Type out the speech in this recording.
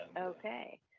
Okay